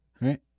right